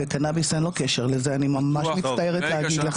וקנאביס אין לו קשר לזה, אני מצטערת להגיד לך.